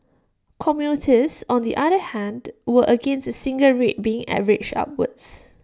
commuters on the other hand were against A single rate being averaged upwards